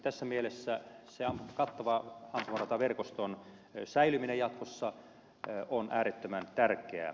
tässä mielessä kattavan ampumarataverkoston säilyminen jatkossa on äärettömän tärkeää